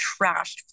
trashed